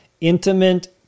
intimate